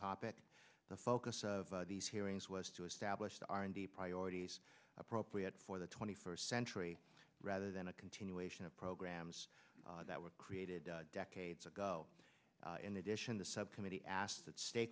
topic the focus of these hearings was to establish the r and d priorities appropriate for the twenty first century rather than a continuation of programs that were created decades ago in addition the subcommittee asked that